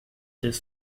this